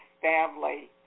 family